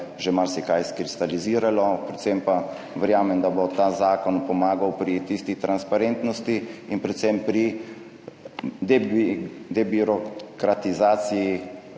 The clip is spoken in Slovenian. že marsikaj izkristaliziralo. Predvsem pa verjamem, da bo ta zakon pomagal pri tisti transparentnosti in predvsem pri debirokratizaciji